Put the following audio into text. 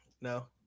No